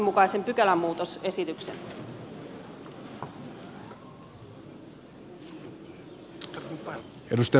arvoisa herra puhemies